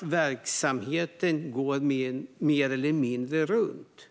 Verksamheten går mer eller mindre runt.